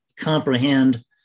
comprehend